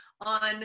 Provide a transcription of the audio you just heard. on